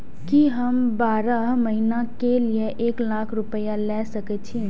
की हम बारह महीना के लिए एक लाख रूपया ले सके छी?